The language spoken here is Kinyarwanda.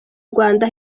rwanda